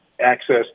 access